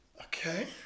Okay